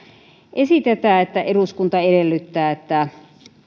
esitetään että eduskunta edellyttää että